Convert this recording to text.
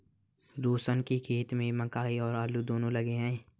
रोशन के खेत में मकई और आलू दोनो लगे हैं